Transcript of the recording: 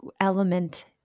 element